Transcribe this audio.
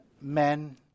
men